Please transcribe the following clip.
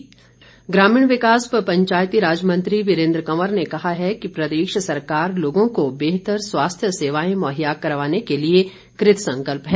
वीरेंद्र कंवर ग्रामीण विकास व पंचायती राज मंत्री वीरेन्द्र कंवर ने कहा है कि प्रदेश सरकार लोगों को बेहतर स्वास्थ्य सेवाएं मुहैया करवाने के लिए कृतसंकल्प है